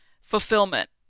fulfillment